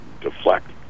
deflect